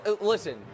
listen